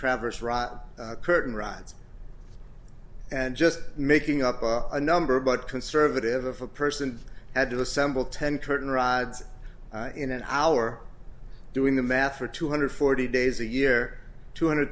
traverse curtain rods and just making up a number about conservative of a person had to assemble ten curtain rods in an hour doing the math for two hundred and forty days a year two hundred